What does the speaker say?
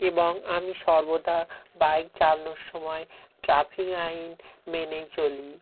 এবং আমি সর্বদা বাইক চালানোর সময় ট্রাফিক আইন মেনেই চলি